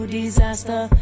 disaster